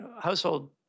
household